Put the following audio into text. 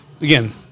again